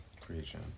creation